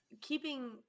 keeping